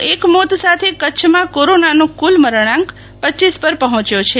વધુ એક મોત સાથે કચ્છમાં કોરોનાનો કુલ મરણાંક રપપર પહોંચ્યો છે